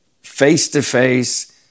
face-to-face